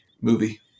movie